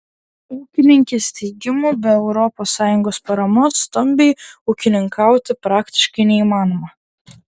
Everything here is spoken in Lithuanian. ūkininkės teigimu be europos sąjungos paramos stambiai ūkininkauti praktiškai neįmanoma